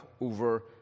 over